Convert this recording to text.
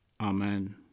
amen